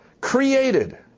created